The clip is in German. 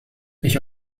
ich